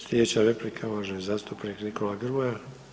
Sljedeća replika uvaženi zastupnik Nikola Grmoja.